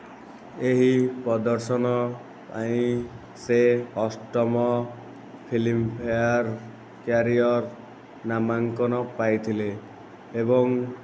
ଏହି ପ୍ରଦର୍ଶନ ପାଇଁ ସେ ଅଷ୍ଟମ ଫିଲ୍ମଫେୟାର କ୍ୟାରିୟର ନାମାଙ୍କନ ପାଇଥିଲେ ଏବଂ